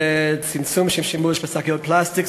לצמצום השימוש בשקיות פלסטיק,